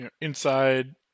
Inside